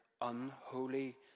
unholy